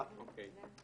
אין תיקון סעיף 6 התקבל.